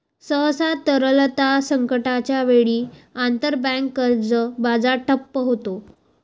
सहसा, तरलता संकटाच्या वेळी, आंतरबँक कर्ज बाजार ठप्प होतो